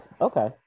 Okay